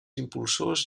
impulsors